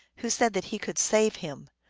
who said that he could save him.